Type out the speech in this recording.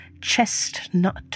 chestnut